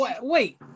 Wait